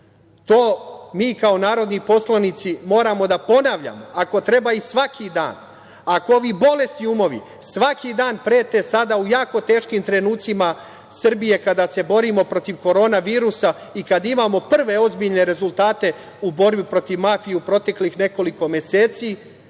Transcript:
To mi kao narodni poslanici moramo da ponavljamo, ako treba svaki dan. Ako ovi bolesni umovi svaki dan prete, sada u jako teškim trenucima Srbije, kada se borimo protiv korona virusa i kad imamo prve ozbiljne rezultate u borbi protiv mafije u proteklih nekoliko meseci